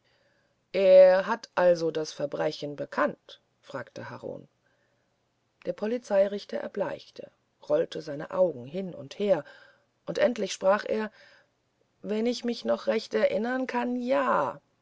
er also das verbrechen bekannt fragte harun der polizeirichter erbleichte er rollte seine augen hin und her und endlich sprach er wenn ich mich noch recht erinnern kann ja